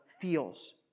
feels